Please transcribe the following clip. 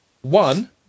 One